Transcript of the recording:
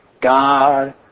God